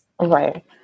Right